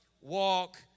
walk